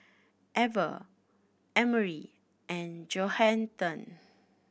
Ever Emery and Johathan